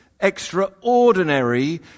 extraordinary